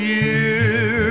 year